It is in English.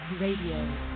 Radio